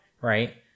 right